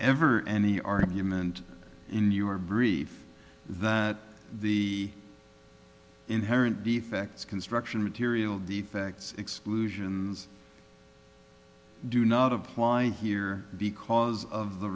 ever any argument in your brief that the inherent be facts construction material defects exclusions do not apply here because of the